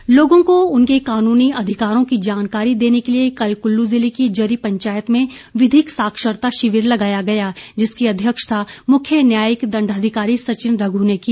कानूनी सहायता लोगों को उनके कानूनी अधिकारों की जानकारी देने के लिए कल कुल्लू ज़िले की जरी पंचायत में विधिक साक्षरता शिविर लगाया गया जिसकी अध्यक्षता मुख्य न्यायिक दण्डाधिकारी सचिन रघु ने की